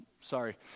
Sorry